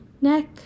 neck